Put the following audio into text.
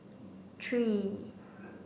three